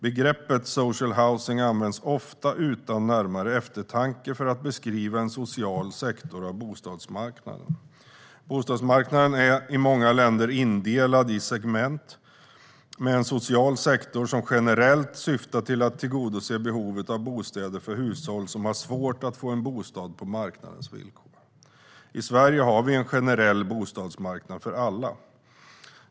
Begreppet social housing används ofta utan närmare eftertanke för att beskriva en social sektor av bostadsmarknaden. Bostadsmarknaden är i många länder indelad i segment, med en social sektor som generellt syftar till att tillgodose behovet av bostäder för hushåll som har svårt att få en bostad på marknadens villkor. I Sverige har vi en generell bostadsmarknad för alla.